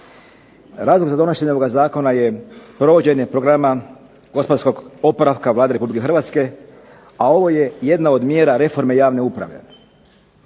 Razlog za donošenje ovoga zakona je provođenje Programa gospodarskog oporavka Vlade Republike Hrvatske, a ovo je jedna od mjera reforme javne uprave.